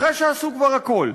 אחרי שעשו כבר את הכול,